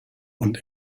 und